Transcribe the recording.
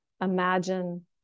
imagine